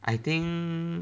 I think